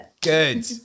Good